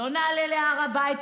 לא נעלה להר הבית,